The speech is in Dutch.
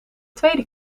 tweede